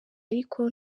ariko